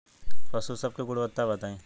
पशु सब के गुणवत्ता बताई?